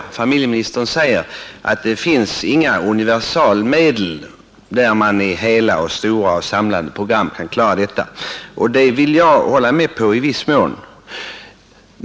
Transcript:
Onsdagen den Familjeministern säger att det inte finns några universalmedel där man 8 december 1971 i hela, stora och samlande program kan lösa alla problem. Det håller jag med om i viss mån.